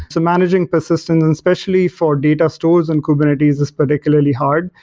so managing persistence, especially for data stores and kubernetes is particularly hard.